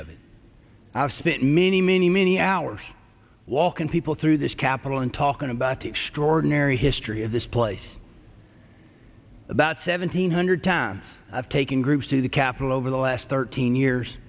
of it i've spent many many many hours walking people through this capital and talking about the extraordinary history of this place about seventeen hundred times i've taken groups to the capitol over the last thirteen years